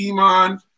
Iman